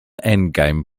endgame